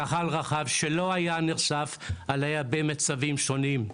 לקהל רחב שלא היה נחשף אליה במצבים שונים.